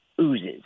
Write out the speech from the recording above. oozes